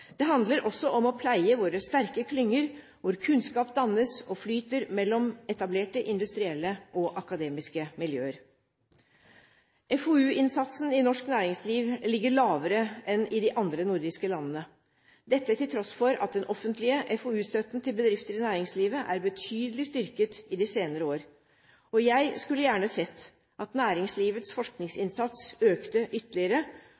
Det handler også om å pleie våre sterke klynger, hvor kunnskap dannes og flyter mellom etablerte industrielle og akademiske miljøer. FoU-innsatsen i norsk næringsliv ligger lavere enn i de andre nordiske landene, dette til tross for at den offentlige FoU-støtten til bedrifter i næringslivet er betydelig styrket i de senere år. Jeg skulle gjerne sett at næringslivets forskningsinnsats økte ytterligere,